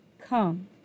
Come